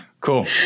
cool